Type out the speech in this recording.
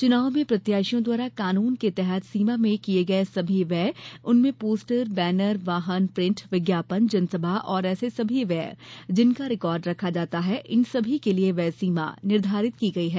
चुनाव में प्रत्याशियों द्वारा कानून के तहत सीमा में किये गये सभी व्यय उनमें पोस्टर बैनर वाहन प्रिन्ट विज्ञापन जनसभा और ऐसे सभी व्यय जिनका रिकार्ड रखा जाता है इन सभी के लिये व्यय सीमा निर्धारित की गई है